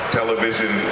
television